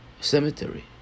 cemetery